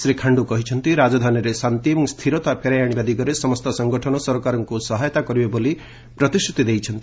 ଶୀ ଖାଣ୍ଡ କହିଛନ୍ତି ରାଜଧାନୀରେ ଶାନ୍ତି ଏବଂ ସ୍ଥିରତା ଫେରାଇ ଆଣିବା ଦିଗରେ ସମସ୍ତ ସଂଗଠନ ସରକାରଙ୍କୁ ସହାୟତା କରିବେ ବୋଲି ପ୍ରତିଶ୍ରତି ଦେଇଛନ୍ତି